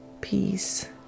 peace